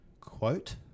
quote